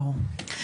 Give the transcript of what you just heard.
ברור.